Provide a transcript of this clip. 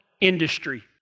industry